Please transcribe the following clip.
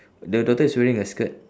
the daughter is wearing a skirt